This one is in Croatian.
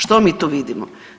Što mi to vidimo?